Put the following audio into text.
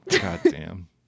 Goddamn